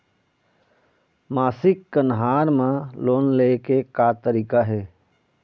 मासिक कन्हार म लोन ले के का तरीका हे?